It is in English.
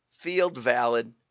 field-valid